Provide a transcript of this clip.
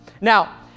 Now